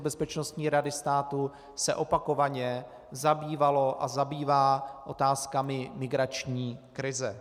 Bezpečnostní rady státu se opakovaně zabývaly a zabývají otázkami migrační krize.